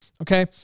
Okay